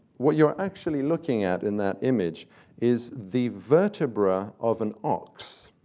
what you're actually looking at in that image is the vertebra of an ox,